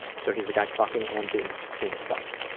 so he's the guy fucking and being being fucked.